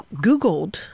googled